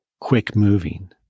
quick-moving